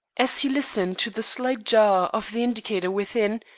as he listened to the slight jar of the indicator within,